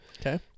Okay